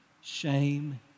Shame